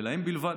ולה בלבד.